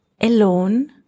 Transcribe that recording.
alone